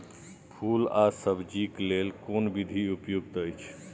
फूल आ सब्जीक लेल कोन विधी उपयुक्त अछि?